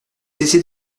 cessé